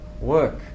work